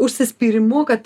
užsispyrimu kad